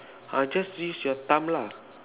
uh just use your thumb lah